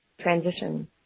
transition